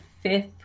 fifth